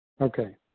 Okay